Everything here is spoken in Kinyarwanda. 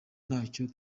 ntacyo